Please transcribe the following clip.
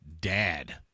dad